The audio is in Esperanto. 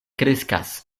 kreskas